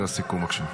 לסיכום, בבקשה,